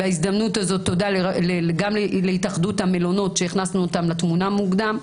בהזדמנות הזאת תודה גם להתאחדות המלונות שהכנסנו אותם לתמונה מוקדם,